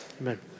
Amen